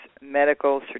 Medical